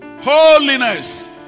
holiness